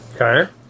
Okay